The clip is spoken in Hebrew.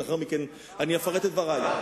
לאחר מכן אני אפרט את דברי.